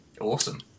Awesome